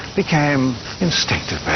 became instinctive